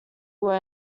were